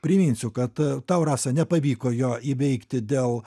priminsiu kad tau rasa nepavyko jo įveikti dėl